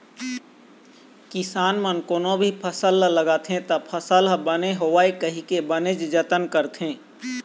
किसान मन कोनो भी फसल ह लगाथे त फसल ह बने होवय कहिके बनेच जतन करथे